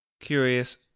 curious